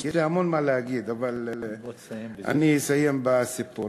יש לי המון מה להגיד אבל אני אסיים בסיפור.